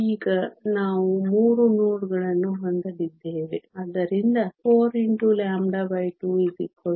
ಈಗ ನಾವು 3 ನೋಡ್ ಗಳನ್ನು ಹೊಂದಲಿದ್ದೇವೆ ಆದ್ದರಿಂದ 42 6a